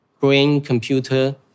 brain-computer